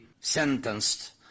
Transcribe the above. sentenced